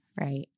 Right